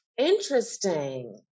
Interesting